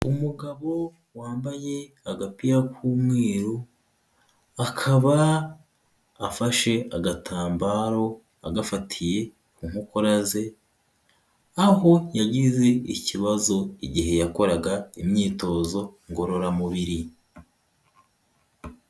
Umugabo wambaye agapira k'umweru, akaba afashe agatambaro agafatiye ku nkokora ze aho yagize ikibazo igihe yakoraga imyitozo ngororamubiri.